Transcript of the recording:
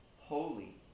holy